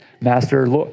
Master